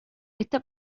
esta